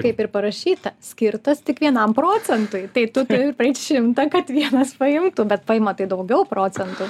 kaip ir parašyta skirtas tik vienam procentui tai turi praeit šimtą kad vienas paimtų bet paima tai daugiau procentų